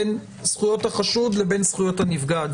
לבין זכויות הנפגעת.